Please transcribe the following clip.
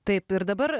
taip ir dabar